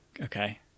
Okay